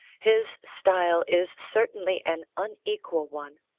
his style is certainly an unequal one.